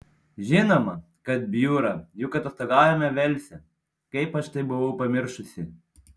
žinoma kad bjūra juk atostogaujame velse kaip aš tai buvau pamiršusi